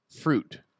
fruit